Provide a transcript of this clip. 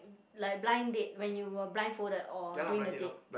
like blind date when you were blind folded or during the date